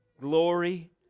glory